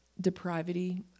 depravity